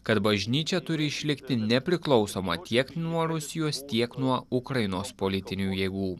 kad bažnyčia turi išlikti nepriklausoma tiek nuo rusijos tiek nuo ukrainos politinių jėgų